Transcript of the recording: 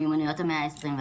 מיומנויות המאה ה-21,